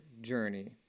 journey